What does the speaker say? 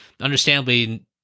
Understandably